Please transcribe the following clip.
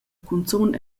cunzun